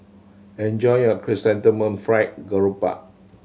enjoy your Chrysanthemum Fried Garoupa